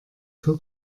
für